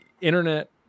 Internet